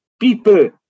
people